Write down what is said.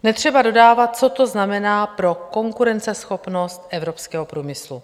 Netřeba dodávat, co to znamená pro konkurenceschopnost evropského průmyslu.